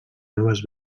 noves